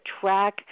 track